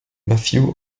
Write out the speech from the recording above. matthew